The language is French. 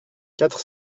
quatre